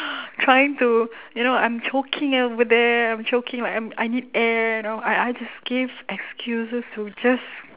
trying to you know I'm choking over there I'm choking like I'm I need air know I I just gave excuses to just